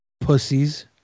pussies